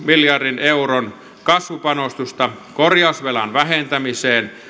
miljardin euron kasvupanostusta korjausvelan vähentämiseen